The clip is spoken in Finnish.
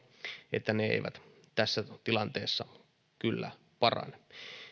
että ne eivät tässä tilanteessa parane